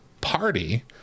Party